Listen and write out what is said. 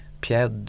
Pierre